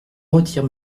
retire